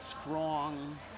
strong